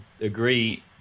agree